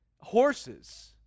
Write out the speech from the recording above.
horses